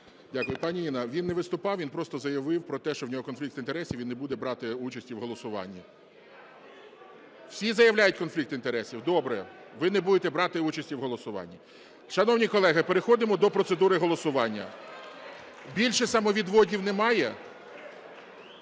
Дякую. Пані Інна, він не виступав, він просто заявив про те, що у нього конфлікт інтересів, він не буде брати участь в голосуванні. Всі заявляють конфлікт інтересів? Добре, ви не будете брати участі в голосуванні. Шановні колеги, переходимо до процедури голосування. Більше самовідводів немає?